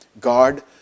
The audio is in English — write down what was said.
God